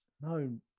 No